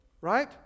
right